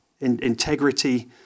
integrity